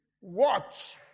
watch